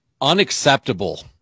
unacceptable